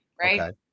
right